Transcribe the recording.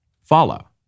follow